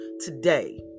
today